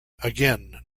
again